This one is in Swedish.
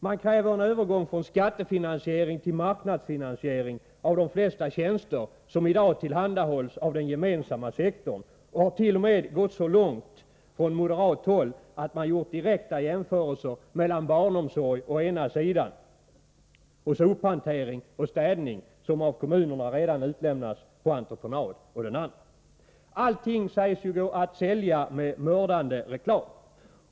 Man kräver en övergång från skattefinansiering till marknadsfinansiering av de flesta tjänster som i dag tillhandahålls av den gemensamma sektorn, och från moderat håll har man t.o.m. gått så långt att man gjort direkta jämförelser mellan å ena sidan barnomsorg och å den andra sidan sophantering och städning, som av kommunerna redan utlämnats på entreprenad. Allting går att sälja med mördande reklam, sägs det.